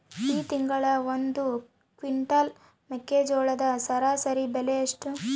ಈ ತಿಂಗಳ ಒಂದು ಕ್ವಿಂಟಾಲ್ ಮೆಕ್ಕೆಜೋಳದ ಸರಾಸರಿ ಬೆಲೆ ಎಷ್ಟು?